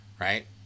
right